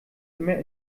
immer